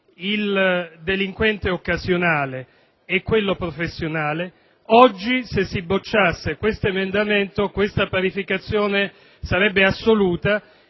il delinquente occasionale e quello professionista; oggi, se si bocciasse questo emendamento questa parificazione sarebbe assoluta